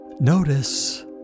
Notice